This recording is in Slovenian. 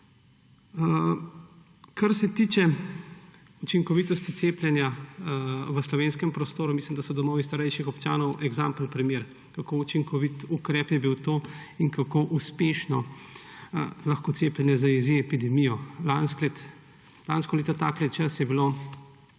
Kar se tiče učinkovitosti cepljenja v slovenskem prostoru, mislim, da so domovih starejših občanov eksempel primer, kako učinkovit ukrep je bilo to in kako uspešno lahko cepljenje zajezi epidemijo. Lansko leto tak čas je bilo